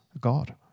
God